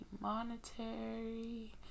monetary